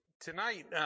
Tonight